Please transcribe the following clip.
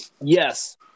yes